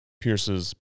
Pierce's